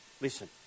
Listen